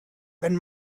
wenn